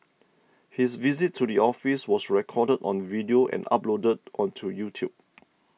his visit to the office was recorded on video and uploaded onto YouTube